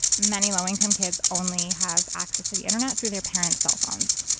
many low income kids only have access to the internet through their parent's cell phones.